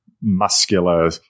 muscular